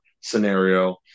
scenario